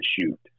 shoot